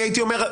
אני הייתי אומר,